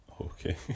Okay